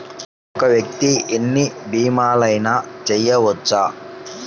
ఒక్క వ్యక్తి ఎన్ని భీమలయినా చేయవచ్చా?